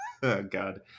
God